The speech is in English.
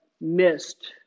missed